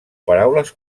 paraules